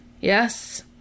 Yes